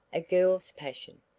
a girl's passion,